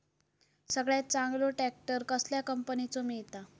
सगळ्यात चांगलो ट्रॅक्टर कसल्या कंपनीचो मिळता?